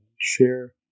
share